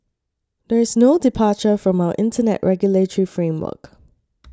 there is no departure from our Internet regulatory framework